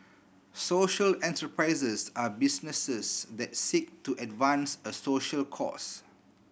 social enterprises are businesses that seek to advance a social cause